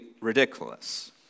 ridiculous